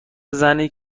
زنی